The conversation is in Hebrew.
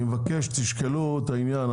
אני מבקש תשקלו את העניין.